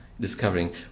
discovering